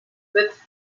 with